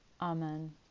Amen